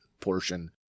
portion